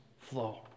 flow